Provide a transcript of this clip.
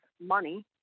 money